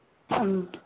ꯎꯝ